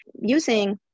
using